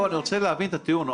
אני רוצה להבין את הטיעון.